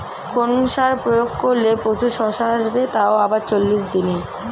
কোন সার প্রয়োগ করলে প্রচুর শশা আসবে তাও আবার চল্লিশ দিনে?